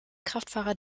kraftfahrer